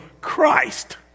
Christ